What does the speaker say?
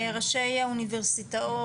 ראשי האוניברסיטאות,